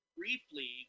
briefly